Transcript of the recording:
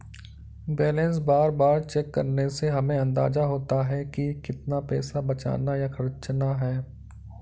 balance बार बार check करने से हमे अंदाज़ा होता है की कितना पैसा बचाना या खर्चना है